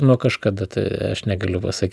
nuo kažkada aš negaliu pasakyt